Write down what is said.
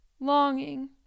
Longing